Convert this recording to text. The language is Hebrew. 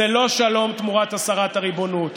זה לא שלום תמורת הסרת הריבונות.